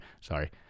Sorry